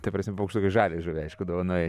ta prasme paukštukai žalią žuvį aišku dovanoja